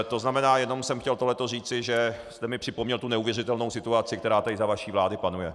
To znamená, jenom jsem toto chtěl říci, že jste mi připomněl tu neuvěřitelnou situaci, která tady za vaší vlády panuje.